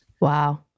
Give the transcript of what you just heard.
Wow